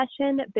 session